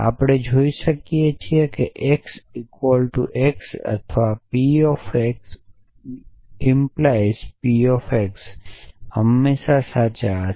આપણે જોઈ શકીએ છીએ કે x ઇક્વલ ટુ x અથવા P of x 🡪 P of x હંમેશા સાચા રહેશે